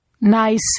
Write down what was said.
nice